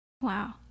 Wow